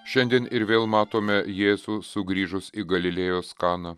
šiandien ir vėl matome jėzų sugrįžus į galilėjos kaną